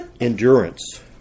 endurance